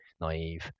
naive